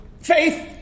Faith